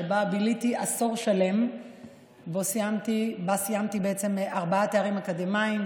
שבה ביליתי עשור שלם ובה סיימתי ארבעה תארים אקדמיים,